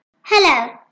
hello